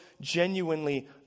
genuinely